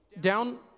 down